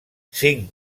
cinc